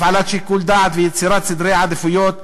הפעלת שיקול דעת ויצירת סדרי עדיפויות,